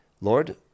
Lord